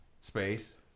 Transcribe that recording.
space